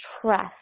trust